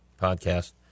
podcast